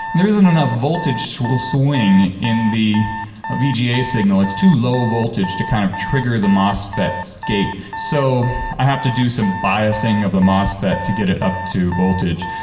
there isn't enough voltage swing swing in the ah vga signal. it's too low voltage to kind of trigger the mosfet's so gate. so i have to do some biosing of the mosfet to get it up to voltage.